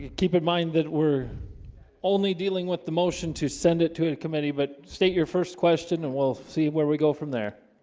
keep in mind that we're only dealing with the motion to send it to a committee but state your first question, and we'll see where we go from there.